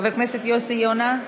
חבר הכנסת יוסי יונה,